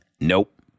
nope